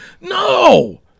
No